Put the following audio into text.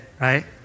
right